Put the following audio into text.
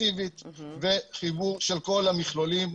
אפקטיבית וחיבור של כול המכלולים.